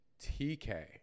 TK